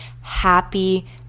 happy